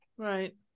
Right